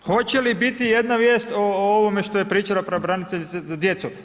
Hoće li biti ijedna vijest o ovome što je pričala pravobraniteljica za djecu?